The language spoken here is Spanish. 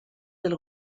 del